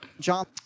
John